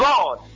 God